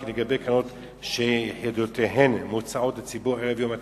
כי לגבי קרנות שיחידותיהן מוצעות לציבור ערב יום התחילה,